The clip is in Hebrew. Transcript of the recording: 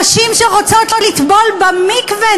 נשים שרוצות לטבול במקווה,